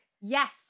Yes